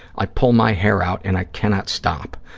i pull my hair out and i cannot stop.